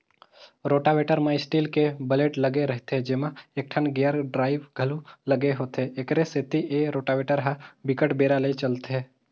rotavator म steel के blade लगे रहिथे जेमा एकठन गेयर ड्राइव घलोक लगे होथे, एखरे सेती ए रोटावेटर ह बिकट बेरा ले चलथे